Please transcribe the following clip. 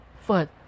foot